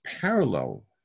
parallel